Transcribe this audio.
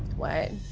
what?